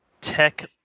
tech